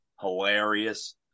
hilarious